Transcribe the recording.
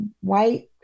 white